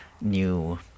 new